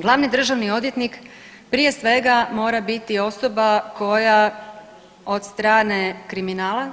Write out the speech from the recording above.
Glavni državni odvjetnik prije svega mora biti osoba koja od strane kriminala,